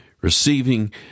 Receiving